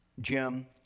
Jim